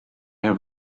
have